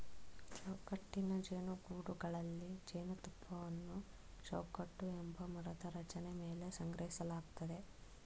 ಚೌಕಟ್ಟಿನ ಜೇನುಗೂಡುಗಳಲ್ಲಿ ಜೇನುತುಪ್ಪವನ್ನು ಚೌಕಟ್ಟು ಎಂಬ ಮರದ ರಚನೆ ಮೇಲೆ ಸಂಗ್ರಹಿಸಲಾಗ್ತದೆ